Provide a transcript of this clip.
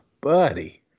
buddy